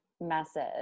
message